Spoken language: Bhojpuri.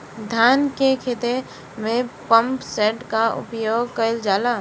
धान के ख़हेते में पम्पसेट का उपयोग कइल जाला?